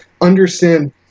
understand